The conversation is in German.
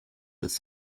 ist